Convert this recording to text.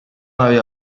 avevo